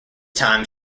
time